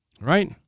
right